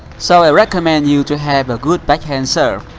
so i recommend you to have a good backhand serve.